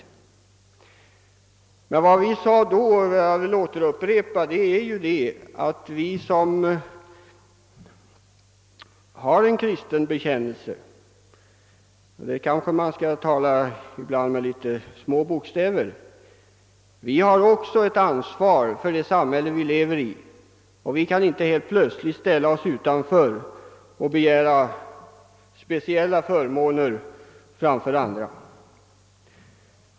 Vad vi framhöll vid införandet av denna avgift och som jag nu vill upprepa var att vi som har en kristen bekännelse, vilket vi kanske ibland skall tala om med små bokstäver, också har ett ansvar för det samhälle som vi lever i. Vi kan inte helt plötsligt ställa oss utanför övriga grupper och begära speciella förmåner framför dessa.